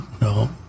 no